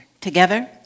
Together